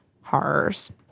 horrors